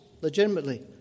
legitimately